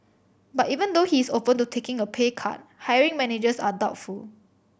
but even though he is open to taking a pay cut hiring managers are doubtful